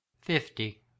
fifty